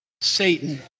Satan